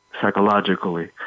psychologically